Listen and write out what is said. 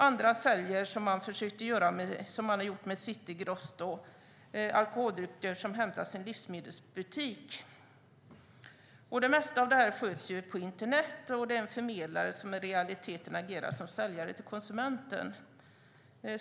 Andra gör som City Gross och säljer alkoholdrycker som hämtas i livsmedelbutik. Det mesta sköts via internet. Det är en förmedlare som i realiteten agerar som säljare till konsumenten.